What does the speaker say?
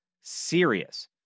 serious